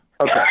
Okay